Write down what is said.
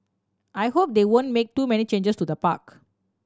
I hope they won't make too many changes to the park